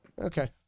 Okay